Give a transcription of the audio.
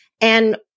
And-